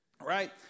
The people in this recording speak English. right